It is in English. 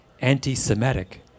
anti-Semitic